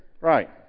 Right